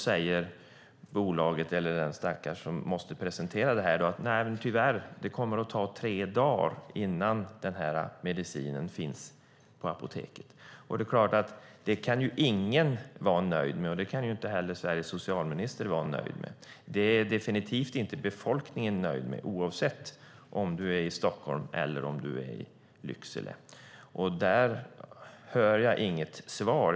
Personalen måste då säga att det dess värre tar tre dagar innan medicinen finns på apoteket. Det kan ingen vara nöjd med, inte heller Sveriges socialminister. Befolkningen är definitivt inte nöjd med det, oavsett om man är i Stockholm eller Lycksele. Här hör jag inget svar.